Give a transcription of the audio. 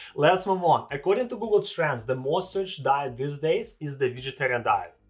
let's move on. according to google trends, the most searched diet these days is the vegetarian diet.